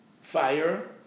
Fire